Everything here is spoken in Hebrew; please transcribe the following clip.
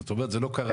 זאת אומרת זה לא קרה.